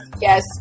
yes